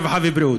הרווחה והבריאות.